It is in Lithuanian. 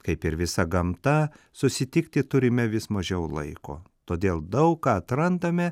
kaip ir visa gamta susitikti turime vis mažiau laiko todėl daug ką atrandame